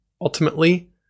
ultimately